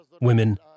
women